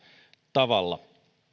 tavalla